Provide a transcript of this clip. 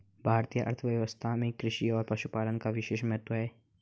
भारतीय अर्थव्यवस्था में कृषि और पशुपालन का विशेष महत्त्व है